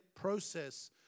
process